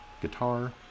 guitar